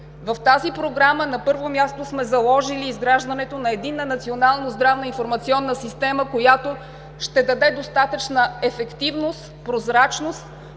В тази програма, на първо място, сме заложили изграждането на Единна национална здравно-информационна система, която ще даде достатъчна ефективност, прозрачност,